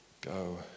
Go